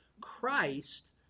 Christ